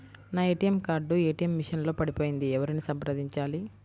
నా ATM card ATM machine లో పడిపోయింది ఎవరిని సంప్రదించాలి?